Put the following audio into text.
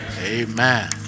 Amen